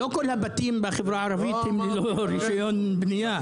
לא כל הבתים בחברה הערבית הם ללא רישיון בנייה.